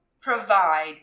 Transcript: provide